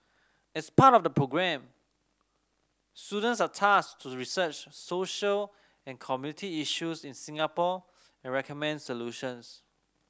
as part of the programme students are tasked to research social and community issues in Singapore and recommend solutions